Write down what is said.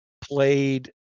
played